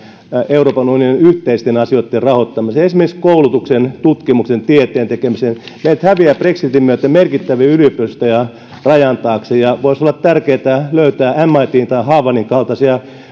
euroopan unionin yhteisten asioiden rahoittamiseen esimerkiksi koulutukseen tutkimukseen tieteen tekemiseen meiltä häviää brexitin myötä merkittäviä yliopistoja rajan taakse ja voisi olla tärkeätä löytää mitn tai havardin kaltaisia